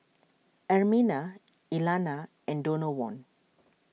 Ermina Elana and Donavon